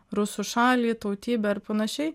rusų šalį tautybę ir panašiai